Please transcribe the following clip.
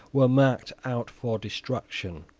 were marked out for destruction.